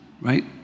right